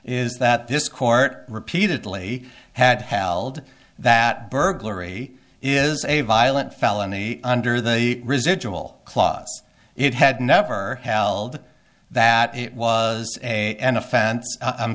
is that this court repeatedly had held that burglary is a violent felony under the residual clause it had never held that it was a an offense i'm